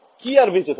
কি আর বেচে থাকে